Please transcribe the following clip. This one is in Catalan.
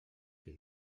què